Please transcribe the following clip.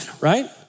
Right